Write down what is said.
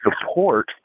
support